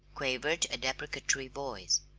quavered a deprecatory voice.